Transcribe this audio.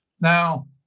Now